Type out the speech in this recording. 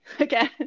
Okay